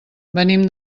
venim